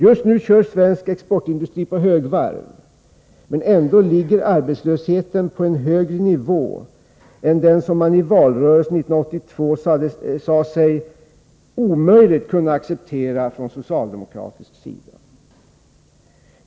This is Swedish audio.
Just nu kör svensk exportindustri på högvarv, men ändå ligger arbetslösheten på en högre nivå än den som man i valrörelsen 1982 sade sig omöjligen kunna acceptera från socialdemokratisk sida.